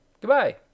goodbye